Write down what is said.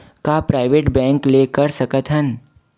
का private bank ले कर सकत हन?